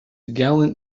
gallant